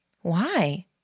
Why